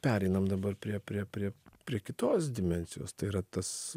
pereinam dabar prie prie prie prie kitos dimensijos tai yra tas